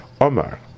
Omar